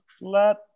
let